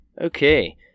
Okay